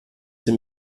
sie